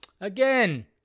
again